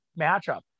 matchup